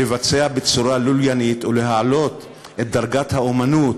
לבצע בצורה לוליינית ולהעלות לדרגת האמנות